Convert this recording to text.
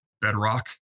bedrock